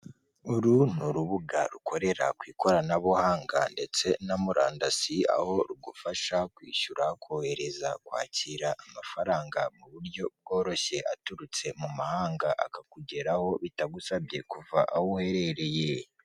Uru ni urubuga rukorera ku ikoranabuhanga ndetse na murandasi, aho rugufasha kwishyura, kohereza, kwakira amafaranga mu buryo bworoshye aturutse mu mahanga akakugeraho bitagusabye kuva aho uherereye.